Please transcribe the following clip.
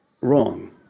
wrong